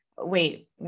wait